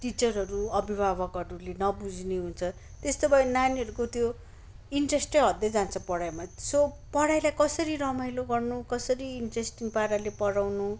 टिचरहरू अभिभावकहरूले नबुझ्ने हुन्छ त्यस्तो भयो भने नानीहरूको त्यो इन्ट्रेस्टै हट्दै जान्छ पढाइमा सो पढाइलाई कसरी रमाइलो गर्नु कसरी इन्ट्रेस्टिङ पाराले पढाउनु